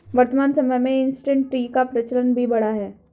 वर्तमान समय में इंसटैंट टी का प्रचलन भी बढ़ा है